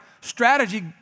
strategy